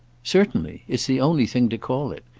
certainly it's the only thing to call it.